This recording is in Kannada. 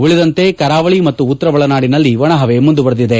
ಉಳಿದಂತೆ ಕರಾವಳಿ ಮತ್ತು ಉತ್ತರ ಒಳನಾಡಿನಲ್ಲಿ ಒಣಪವೆ ಮುಂದುವರಿದಿದೆ